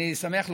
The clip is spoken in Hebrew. אני אשמח,